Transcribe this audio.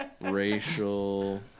racial